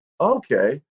okay